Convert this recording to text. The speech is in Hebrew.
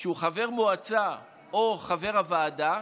שהוא חבר מועצה או חבר הוועדה,